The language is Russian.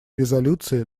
резолюции